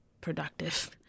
productive